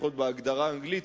לפחות בהגדרה האנגלית,